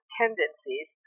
tendencies